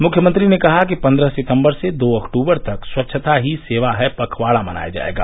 मुख्यमंत्री ने कहा कि पन्द्रह सितम्बर से दो अक्टूबर तक स्वच्छता ही सेवा है पखवाड़ा मनाया जायेगा